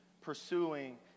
pursuing